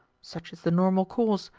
such is the normal course.